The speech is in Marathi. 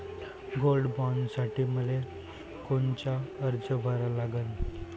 गोल्ड बॉण्डसाठी मले कोनचा अर्ज भरा लागन?